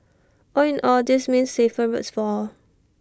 all in all this means safer roads for all